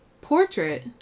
portrait